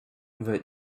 the